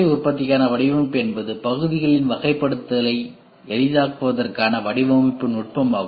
உற்பத்திக்கான வடிவமைப்பு என்பது பகுதிகளின் வகைப்படுத்தலை எளிதாக்குவதற்கான வடிவமைப்பு நுட்பமாகும்